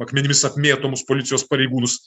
akmenimis apmėtomus policijos pareigūnus